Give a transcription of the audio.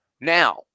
Now